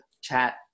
chat